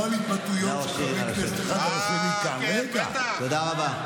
תודה רבה.